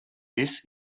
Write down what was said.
this